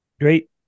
great